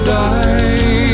die